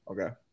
Okay